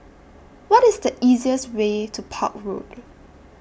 What IS The easiest Way to Park Road